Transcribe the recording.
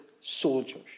soldiers